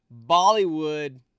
Bollywood